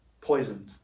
poisoned